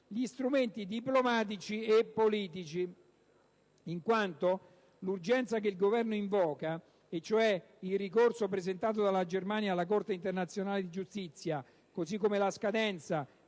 gli strumenti diplomatici e politici. Infatti l'urgenza che il Governo invoca, e cioè il ricorso presentato dalla Germania alla Corte internazionale di giustizia, così come la scadenza